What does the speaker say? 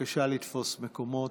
בבקשה לתפוס מקומות.